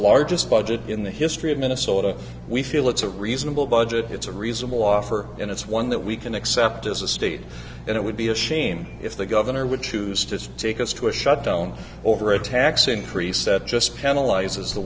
largest budget in the history of minnesota we feel it's a reasonable budget it's a reasonable offer and it's one that we can accept as a state and it would be a shame if the governor would choose to take us to a shutdown over a tax increase that just penalizes the